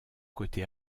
côté